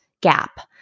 gap